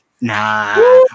Nah